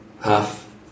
half